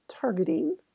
targeting